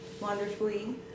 wonderfully